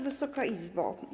Wysoka Izbo!